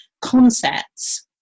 concepts